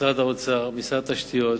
משרד האוצר, משרד התשתיות,